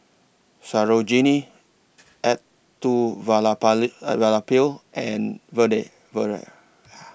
Sarojini and Vedre